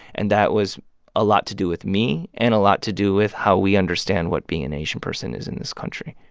and that was a lot to do with me and a lot to do with how we understand what being an asian person is in this country